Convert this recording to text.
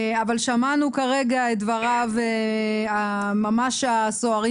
אבל שמענו כרגע את דברים הממש סוערים